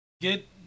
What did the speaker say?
get